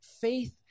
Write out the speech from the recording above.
Faith